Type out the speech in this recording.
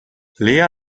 lea